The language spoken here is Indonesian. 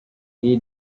lee